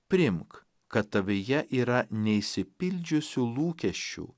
priimk kad tavyje yra neišsipildžiusių lūkesčių